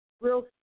real